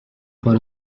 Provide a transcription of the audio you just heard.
for